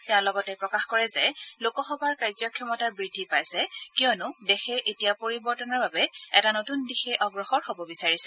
তেওঁ লগতে প্ৰকাশ কৰে যে লোকসভাৰ কাৰ্য ক্ষমতা বৃদ্ধি পাইছে কিয়নো দেশে এতিয়া পৰিৱৰ্তনৰ বাবে এটা নতুন দিশে অগ্ৰসৰ হ'ব খুজিছে